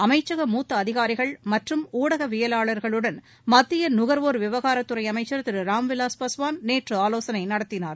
அளமச்சக மூத்த அதிகாரிகள் மற்றம் ஊடகவியலாளர்களுடன் மத்திய நகர்வோர் விவகாரத் துறை அமைச்சள் திரு ராம் விலாஸ் பாஸ்வான் நேற்று ஆலோசனை நடத்தினார்